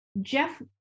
Jeff